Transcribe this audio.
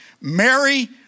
Mary